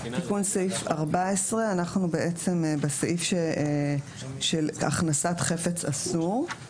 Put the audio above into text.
תיקון סעיף 14. אנחנו בסעיף של הכנסת חפץ אסור,